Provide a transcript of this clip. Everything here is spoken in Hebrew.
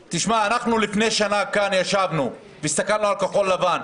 לפני שנה ישבנו כאן והסתכלנו על כחול לבן,